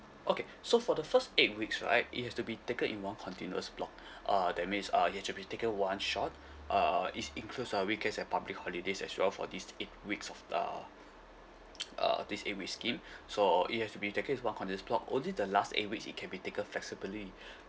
okay so for the first eight weeks right it has to be taken in one continuous block uh that means uh you have to be taking one shot uh it's includes uh weekends and public holidays as well for these eight weeks of uh uh this eight week scheme so it has to be taken in one continuous block only the last eight weeks it can be taken flexibly